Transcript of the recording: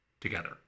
together